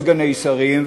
סגני שרים,